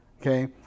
Okay